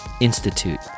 Institute